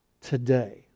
today